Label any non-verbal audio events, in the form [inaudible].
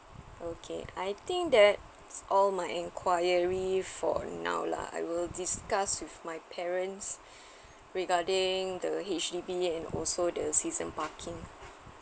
okay I think that's all my enquiry for now lah I will discuss with my parents [breath] regarding the H_D_B and also the season parking